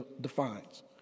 defines